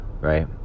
right